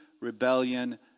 rebellion